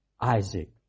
Isaac